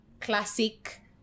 classic